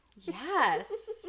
Yes